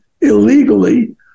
illegally